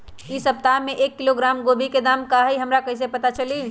इ सप्ताह में एक किलोग्राम गोभी के दाम का हई हमरा कईसे पता चली?